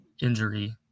injury